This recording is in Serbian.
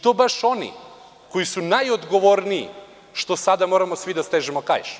To su baš oni koji su najodgovorniji što sada moramo svi da stežemo kaiš.